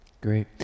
Great